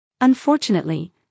Unfortunately